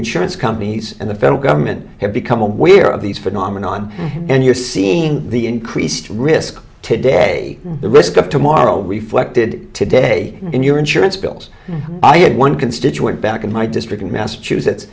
insurance companies and the federal government have become aware of these phenomenon and you're seeing the increased risk today the risk of tomorrow reflected today in your insurance bills i had one constituent back in my district in massachusetts